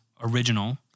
original